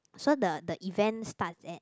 so the the events start at